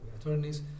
attorneys